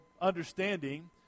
understanding